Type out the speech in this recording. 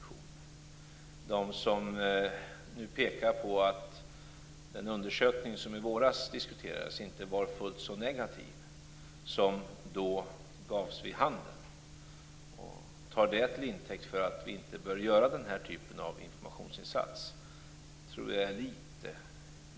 Jag tror att de som nu pekar på att den undersökning som i våras diskuterades inte var fullt så negativ som då anfördes och tar det till intäkt för att vi inte bör göra den här typen av informationsinsats är litet illa ute.